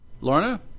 Lorna